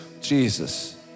Jesus